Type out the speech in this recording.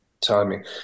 timing